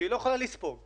שהיא לא יכולה לספוג אותו.